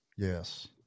Yes